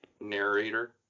narrator